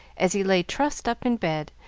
as he lay trussed up in bed,